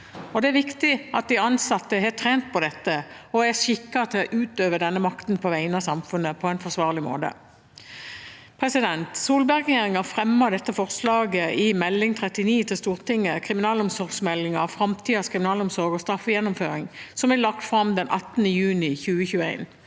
Det er viktig at de ansatte har trent på dette og er skikket til å utøve denne makten på vegne av samfunnet på en forsvarlig måte. Solberg-regjeringen fremmet dette forslaget i Meld. St 39 for 2020–2021, Kriminalomsorgsmeldingen – fremtidens kriminalomsorg og straffegjennomføring, som ble lagt fram 18. juni 2021.